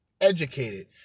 educated